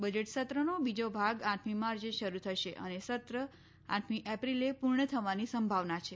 budget સત્રનો બીજો ભાગ આઠમી માર્ચે શરૂ થશે અને સત્ર આઠમી એપ્રિલે પૂર્ણ થવાની સંભાવના છે